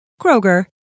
Kroger